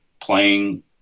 playing